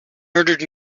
murdered